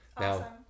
Now